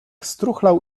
struchlał